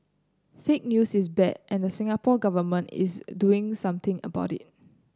fake news is bad and the Singapore Government is doing something about it